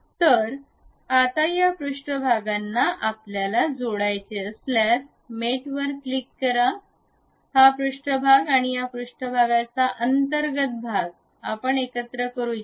तर आता या पृष्ठभागांना आपल्याला जोडायचे असल्यास मॅटवर क्लिक करा हा पृष्ठभाग आणि या पृष्ठभागाच्या अंतर्गत भाग आपण एकत्र करू इच्छिता